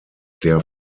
der